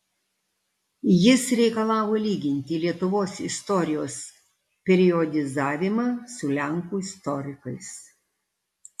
jis reikalavo lyginti lietuvos istorijos periodizavimą su lenkų istorikais